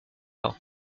pas